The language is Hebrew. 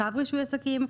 צו רישוי עסקים,